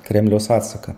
kremliaus atsaką